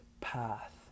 path